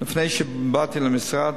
לפני שבאתי למשרד,